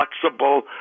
flexible